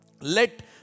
let